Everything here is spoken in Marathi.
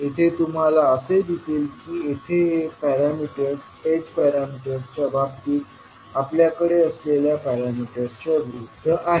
येथे तुम्हाला असे दिसेल की इथे हे पॅरामीटर्स h पॅरामीटर्सच्या बाबतीत आपल्याकडे असलेल्या पॅरामीटर्सच्या विरुद्ध आहेत